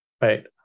Right